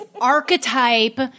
archetype